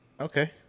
Okay